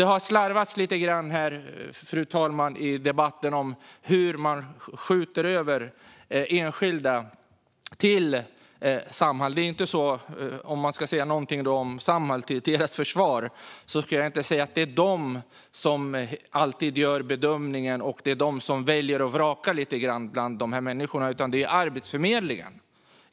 Det har slarvats i debatten om hur man skjuter över enskilda fall till Samhall. Om jag ska säga något till Samhalls försvar är det inte Samhall som gör bedömningen eller väljer och vrakar bland dessa människor, utan det är Arbetsförmedlingen.